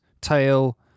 tail